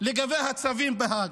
לגבי הצווים בהאג.